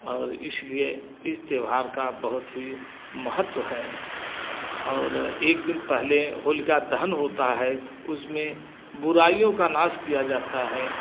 और इसलिए इस त्यौहार का बहुत ही महत्व है और एक दिन पहले होलिका दहन होता है उसमें बुराइयों का नाश किया जाता है